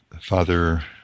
Father